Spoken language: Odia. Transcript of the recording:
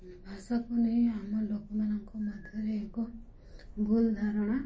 ଭାଷାକୁ ନେଇ ଆମ ଲୋକମାନଙ୍କ ମଧ୍ୟରେ ଏକ ଭୁଲ ଧାରଣା